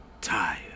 Tired